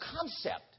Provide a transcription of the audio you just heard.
concept